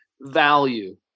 value